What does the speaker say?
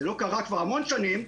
זה לא קרה כבר המון שנים,